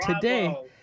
today